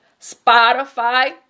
Spotify